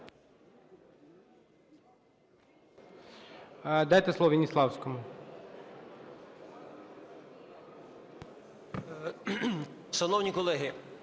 Дайте слово Веніславському.